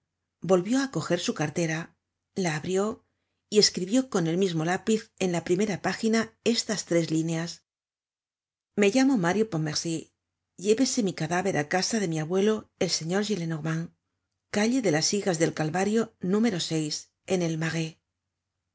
volvió á coger su cartera la abrió y escribió con el mismo lápiz en la primera página estas tres líneas me llamo mario pontmercy llévese mi cadáver á casa de mi abuelo el señor gillenormand calle de las hijas del calvario número en el marais